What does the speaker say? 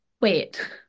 wait